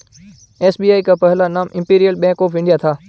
SBI का पहला नाम इम्पीरीअल बैंक ऑफ इंडिया था